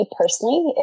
personally